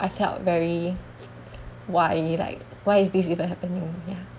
I felt very why like why is this like even happening ya